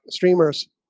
streamers